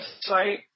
site